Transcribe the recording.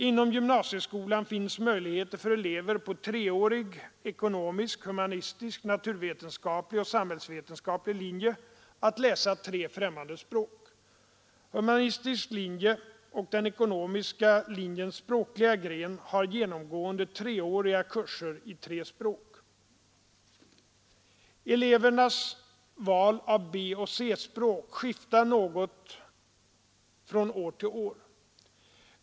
Inom gymnasieskolan finns möjlighet för elever på treårig ekonomisk, humanistisk, naturvetenskaplig och samhällsvetenskaplig linje att läsa tre främmande språk. Humanistisk linje och den ekonomiska linjens språkliga gren har genomgående treåriga kurser i tre språk. Elevernas val av B och C-språk skiftar något från år till år.